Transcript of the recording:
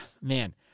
man